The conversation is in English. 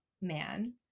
man